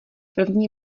první